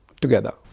together